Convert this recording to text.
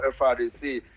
FRDC